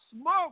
smoke